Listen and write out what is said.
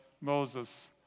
Moses